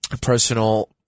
personal